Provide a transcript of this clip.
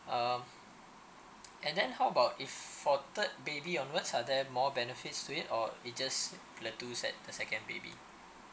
um and then how about if for third baby onwards are there more benefits to it or we just the second baby